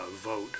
vote